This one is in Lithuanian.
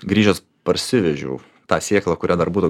grįžęs parsivežiau tą sėklą kurią dar būtų